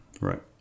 Right